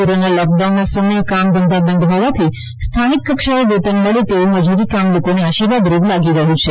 corona lockdown ના સમયે કામ ધંધા બંધ હોવાથી સ્થાનિક કક્ષાએ વેતન મળે તેવું મજૂરી કામ લોકોને આશીર્વાદ રૂપ લાગી રહ્યું છે